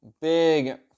big